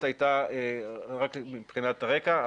רק מבחינת רקע,